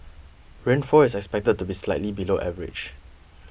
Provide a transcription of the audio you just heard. rainfall is expected to be slightly below average